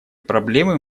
проблемы